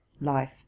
life